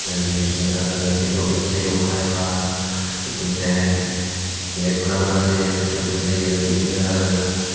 दा बिदिनो बिदिनो आरो नेटनि प्रब्लेम जायो अखा हायोबा बिदिनो नेट मोना मोना जायो जिर' केभि जायो बिदिनो आरो